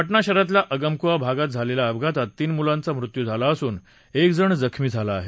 पटना शहरातल्या अगमकुआ भागात झालेल्या अपघातात तीन मुलांचा मृत्यू झाला असून एक जण जखमी झाला आहे